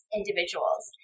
individuals